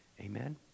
Amen